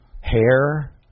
hair